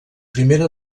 primera